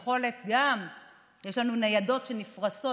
גם יש לנו ניידות שנפרסות